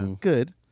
good